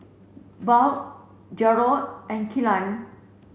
Buell Garold and Kelan